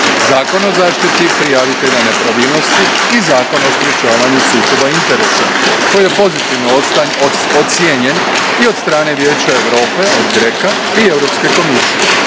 Zakon o zaštiti prijavitelja nepravilnosti i Zakon o sprječavanju sukoba interesa, koji je pozitivno ocijenjen i od strane Vijeća Europe (GRECO) i